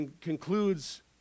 concludes